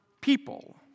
people